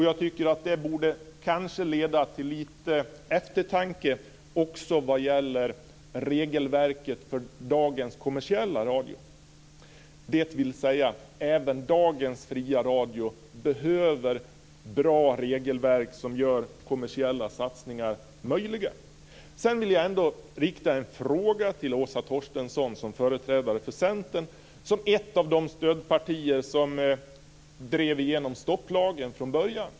Jag tycker att det kanske borde leda till eftertanke också vad gäller regelverket för dagens kommersiella radio - dvs. även dagens fria radio behöver bra regelverk som gör kommersiella satsningar möjliga. Sedan vill jag ändå rikta en fråga till Åsa Torstensson som företrädare för Centern, ett av de stödpartier som drev igenom stopplagen från början.